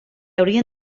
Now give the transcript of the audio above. haurien